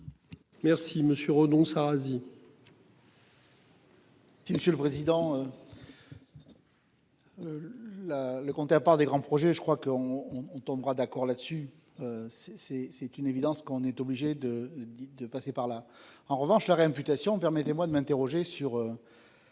Si Monsieur le Président. La le compte part des grands projets. Je crois qu'on on tombera d'accord là-dessus. C'est c'est c'est une évidence qu'on est obligé de, de passer par là. En revanche la réputation, permettez-moi de m'interroger sur.